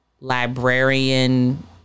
librarian